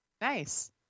nice